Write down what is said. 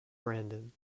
brandon